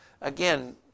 Again